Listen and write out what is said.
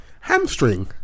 hamstring